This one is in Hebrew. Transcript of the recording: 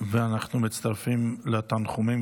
אנחנו מצטרפים לתנחומים,